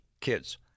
kids